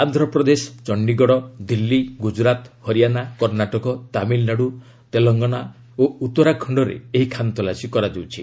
ଆନ୍ଧ୍ରପ୍ରଦେଶ ଚଣ୍ଡିଗଡ଼ ଦିଲ୍ଲୀ ଗ୍ରଜରାତ ହରିଆଣା କର୍ଷାଟକ ତାମିଲନାଡୁ ତେଲଙ୍ଗନା ଓ ଉତ୍ତରାଖଣ୍ଡରେ ଏହି ଖାନତଲାସୀ କରାଯାଉଛି